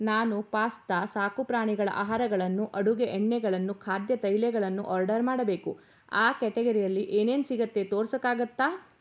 ನಾನು ಪಾಸ್ತಾ ಸಾಕು ಪ್ರಾಣಿಗಳ ಆಹಾರಗಳನ್ನು ಅಡುಗೆ ಎಣ್ಣೆಗಳನ್ನು ಖಾದ್ಯ ತೈಲಗಳನ್ನು ಆರ್ಡರ್ ಮಾಡಬೇಕು ಆ ಕ್ಯಾಟಗರಿಯಲ್ಲಿ ಏನೇನು ಸಿಗತ್ತೆ ತೋರಿಸೋಕ್ಕಾಗತ್ತಾ